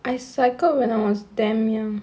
I cycled when I was damn young